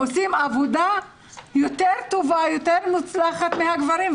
שהנשים עושות עבודה יותר טובה ויותר מוצלחת מאשר עושים הגברים,